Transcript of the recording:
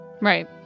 Right